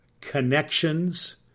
connections